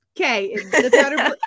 Okay